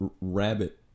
rabbit